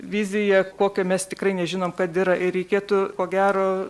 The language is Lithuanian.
vizija kokio mes tikrai nežinom kad yra ir reikėtų ko gero